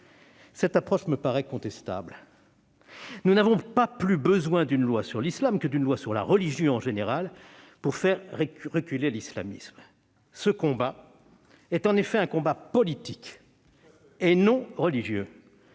Cette approche me paraît contestable. Nous n'avons pas plus besoin d'une loi sur l'islam que d'une loi sur la religion en général pour faire reculer l'islamisme : ce combat est en effet un combat politique ... Tout